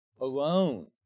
alone